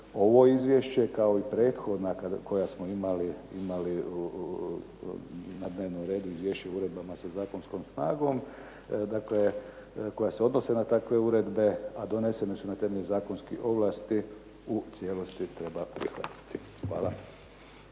ovo izvješće kao i prethodna koja smo imali na dnevnom redu, Izvješće o uredbama sa zakonskom snagom dakle koja se odnose na takve uredbe, a donesene su na temelju zakonskih ovlasti u cijelosti treba prihvatiti. Hvala.